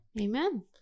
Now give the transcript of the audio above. Amen